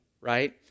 right